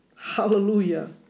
Hallelujah